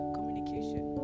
Communication